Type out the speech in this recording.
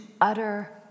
utter